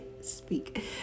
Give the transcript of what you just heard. speak